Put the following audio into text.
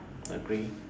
agree